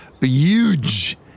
Huge